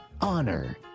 honor